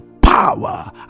power